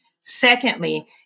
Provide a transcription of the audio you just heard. Secondly